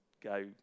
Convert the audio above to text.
go